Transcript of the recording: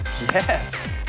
Yes